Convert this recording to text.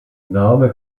name